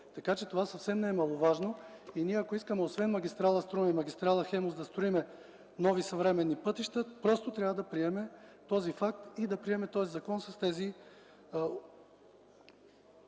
така че това съвсем не е маловажно. Ако ние искаме, освен магистрала „Струма” и магистрала „Хемус”, да строим нови съвременни пътища, трябва да приемем този факт и този закон с